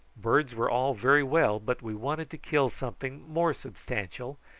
birds were all very well, but we wanted to kill something more substantial,